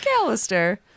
McAllister